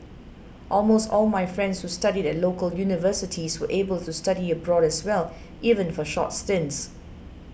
almost all my friends who studied at local universities were able to study abroad as well even for short stints